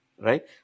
Right